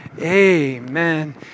Amen